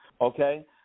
Okay